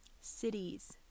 cities